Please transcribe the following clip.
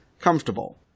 comfortable